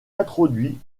introduit